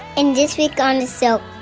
and this week on so